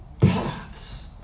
paths